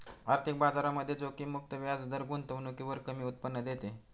आर्थिक बाजारामध्ये जोखीम मुक्त व्याजदर गुंतवणुकीवर कमी उत्पन्न देते